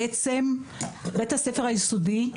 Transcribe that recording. בית הספר היסודי,